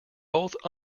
both